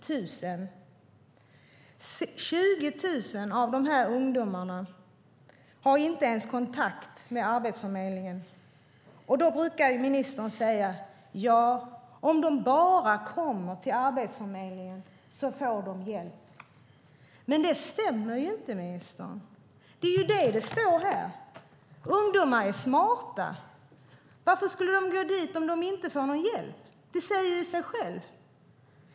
20 000 av dem har inte ens kontakt med Arbetsförmedlingen. Då brukar ministern säga: Om de bara kommer till Arbetsförmedlingen får de hjälp. Men det stämmer ju inte, ministern! Det är ju detta som står här. Ungdomar är smarta. Varför skulle de gå till Arbetsförmedlingen om de inte får någon hjälp? Det säger ju sig självt.